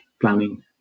planning